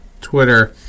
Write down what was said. Twitter